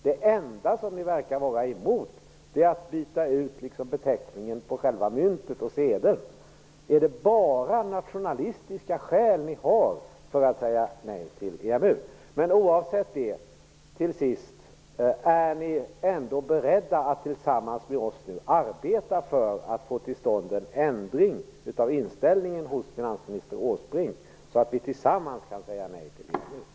Det enda ni verkar vara emot är att byta ut beteckningen på själva myntet och sedeln. Är det bara nationalistiska skäl ni har för att säga nej till EMU? Oavsett det vill jag till sist fråga: Är ni ändå beredda att tillsammans med oss arbeta för att få till stånd en ändring av inställningen hos finansminister Åsbrink, så att vi tillsammans kan säga nej till EMU?